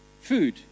Food